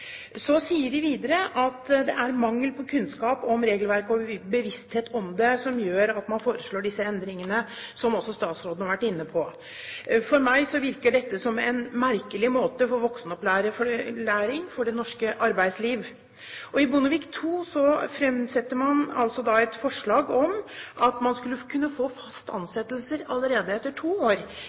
Så sier de videre at det er mangel på kunnskap om regelverk og bevissthet om det som gjør at man foreslår disse endringene, som også statsråden har vært inne på. For meg virker dette som en merkelig form for voksenopplæring for det norske arbeidsliv. Under Bondevik II-regjeringen fremsatte man et forslag om at man skulle kunne få fast ansettelse allerede etter to år.